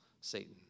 Satan